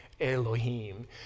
Elohim